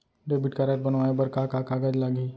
Debit card बनवाये बर का का कागज लागही?